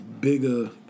bigger